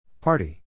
Party